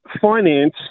finance